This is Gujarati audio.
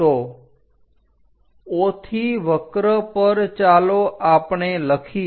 તો O થી વક્ર પર ચાલો આપણે લખીએ